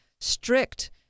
strict